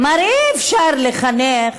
כלומר, אי-אפשר לחנך